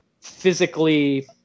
physically